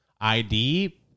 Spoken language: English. ID